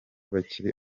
bakiri